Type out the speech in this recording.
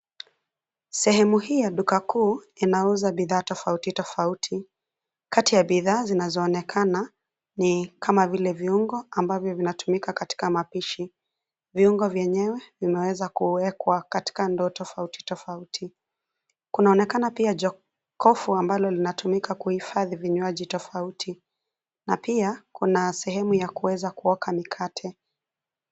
Sehemu hii ya duka kuu inauza bidhaa tofauti tofauti, kati ya bidhaa zinazoonekana ni kama vile viungo ambavyo vinatumika katika mapishi. Viungo vyenyewe vimeweza kuwekwa katika ndoo tofauti tofauti. Kunaonekana pia jokofu ambalo linatumika kuhifadhi vinywaji tofauti tofauti na pia kuna sehemu ya kuweza kuoka mikate.